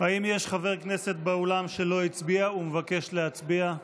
האם יש חבר כנסת באולם שלא הצביע ומבקש להצביע?